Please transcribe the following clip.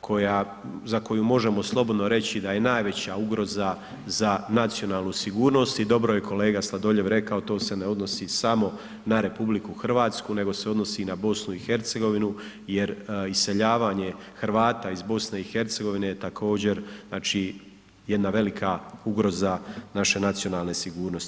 koja, za koju možemo slobodno reći da je najveća ugroza za nacionalnu sigurnost i dobro je kolega Sladoljev rekao to se ne odnosi samo na RH nego se odnosi i na BiH jer iseljavanje Hrvata iz BiH je također znači jedna velika ugroza naše nacionalne sigurnosti.